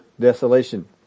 desolation